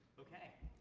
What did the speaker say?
ok.